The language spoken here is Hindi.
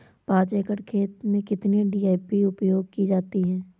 पाँच एकड़ खेत में कितनी डी.ए.पी उपयोग की जाती है?